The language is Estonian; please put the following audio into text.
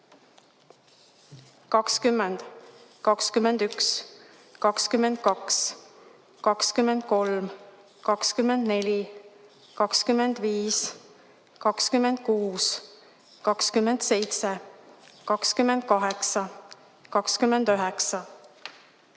20, 21, 22, 23, 24, 25, 26, 27, 28, 29,